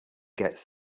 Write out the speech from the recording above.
gets